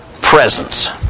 presence